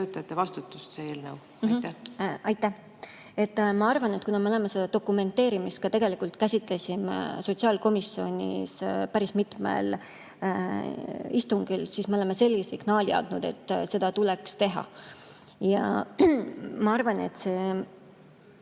vastutust? Aitäh! Ma arvan, et kuna me seda dokumenteerimist tegelikult käsitlesime sotsiaalkomisjonis päris mitmel istungil, siis me oleme selge signaali andnud, et seda tuleks teha. Ja ma arvan, et see